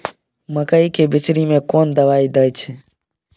मकई के बिचरी में कोन दवाई दे छै?